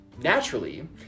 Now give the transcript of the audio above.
naturally